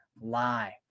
lie